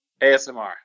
ASMR